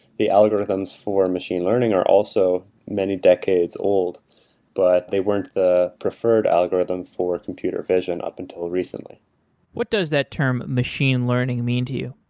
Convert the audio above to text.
the algorithms for a machine learning are also many decades old but they weren't the preferred algorithm for computer vision up until recently what does that term machine learning mean to you?